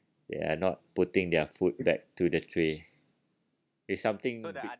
ya not putting their food back to the tray it's something